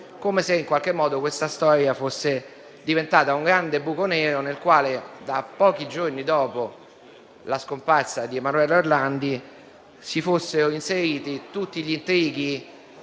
come se questa storia fosse diventata un grande buco nero nel quale, a pochi giorni dalla scomparsa di Emanuela Orlandi, si sono inseriti tutti gli intrighi